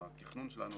בתכנון שלנו